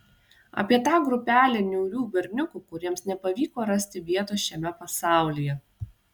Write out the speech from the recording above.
apie tą grupelę niaurių berniukų kuriems nepavyko rasti vietos šiame pasaulyje